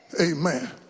amen